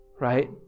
right